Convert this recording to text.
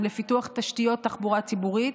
לפיתוח תשתיות תחבורה ציבורית,